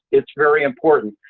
it's very important.